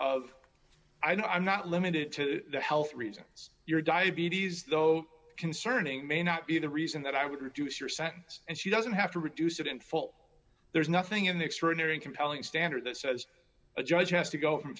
of i know i'm not limited to health reasons your diabetes though concerning may not be the reason that i would reduce your sentence and she doesn't have to reduce it in full there's nothing in the extraordinary compelling standard that says a judge has to go from